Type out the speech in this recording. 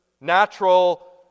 natural